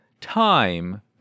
time